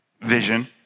vision